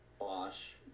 wash